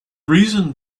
reason